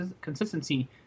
consistency